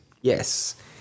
Yes